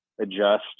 adjust